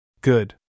Good